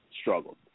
struggled